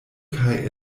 kaj